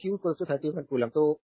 तो q 3133 coulomb